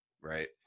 Right